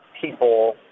people